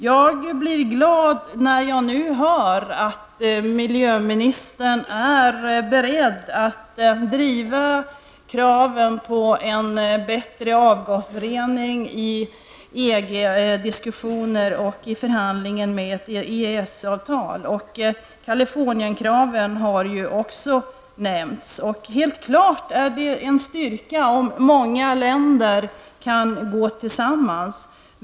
Jag blir glad när jag nu hör att miljöministern är beredd att driva kraven på en bättre avgasrening i Californienkraven har ju också nämnts, och det är helt klart en styrka om länder kan samverka.